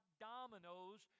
dominoes